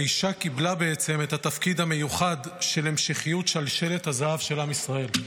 האישה קיבלה בעצם את התפקיד המיוחד של המשכיות שלשלת הזהב של עם ישראל.